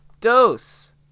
Dose